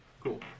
Cool